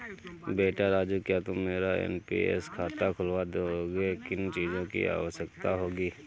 बेटा राजू क्या तुम मेरा एन.पी.एस खाता खुलवा दोगे, किन चीजों की आवश्यकता होगी?